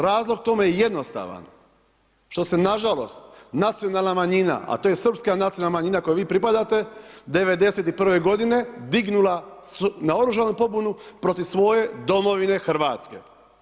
Razlog tome je jednostavan, što se na žalost nacionalna manjina a to je srpska nacionalna manjina kojoj vi pripadate 91. godine dignula na oružanu pobunu protiv svoje domovine Hrvatske.